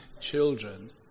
children